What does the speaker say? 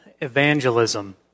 evangelism